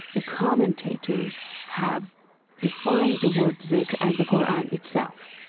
the commentators have defined the word zikr as the qur'an itself,